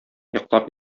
йоклап